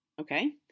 Okay